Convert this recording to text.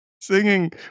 singing